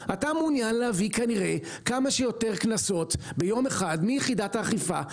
אתה כנראה מעוניין להביא כמה שיותר קנסות ביום אחד מיחידת האכיפה,